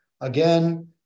Again